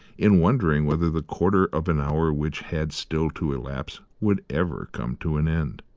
in wondering whether the quarter of an hour which had still to elapse would ever come to an end.